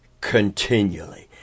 continually